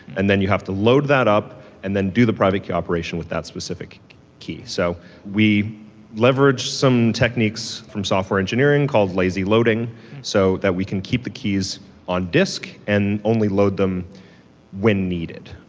and then you have to load that up and then do the private key operation with that specific key. so we leverage some techniques from software engineering called lazy loading so that we can keep the keys on disk and only load them when needed.